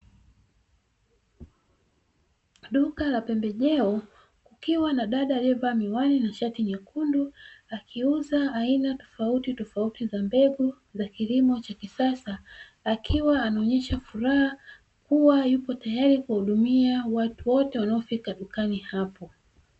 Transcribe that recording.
Duka la pembejeo kukiwa na dada aliyevaa miwani na shati nyekundu akiuza aina tofauti tofauti za mbegu za kilimo cha kisasa, akiwa anaonyesha furaha huwa yupo tayari kuwahudumia watu wote wanaofika dukani hapo.